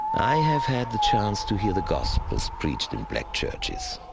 i have had the chance to hear the gospels preached in black churches.